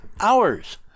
hours